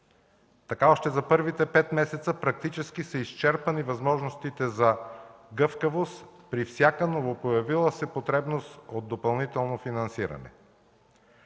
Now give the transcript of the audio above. Така още за първите пет месеца практически са изчерпани възможностите за гъвкавост при всяка новопоявила се потребност от допълнително финансиране.